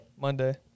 Monday